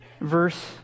verse